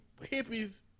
hippies